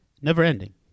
never-ending